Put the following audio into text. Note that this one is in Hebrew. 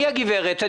מי הגברת?